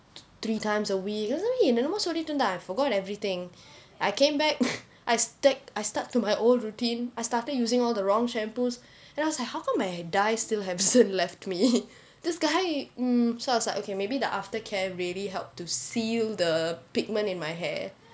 three times a week என்ன என்னமோ சொல்லிட்டு இருந்தான்:enna ennamo sollittu irunthaan I forgot everything I came back I stuck I stuck to my old routine I started using all the wrong shampoos and I was like how come my dye still haven't left me this guy mm so I was like okay maybe the aftercare really help to seal the pigment in my hair